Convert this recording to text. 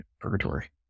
purgatory